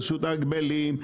רשות ההגבלים?